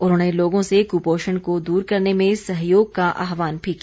उन्होंने लोगों से कुपोषण को दूर करने में सहयोग का आह्वान भी किया